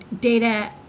data